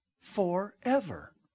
Forever